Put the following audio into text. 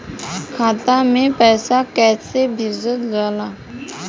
खाता में पैसा कैसे भेजल जाला?